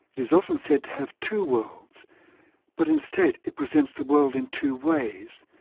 is often said to have two worlds but instead it presents the world in two ways,